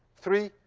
three,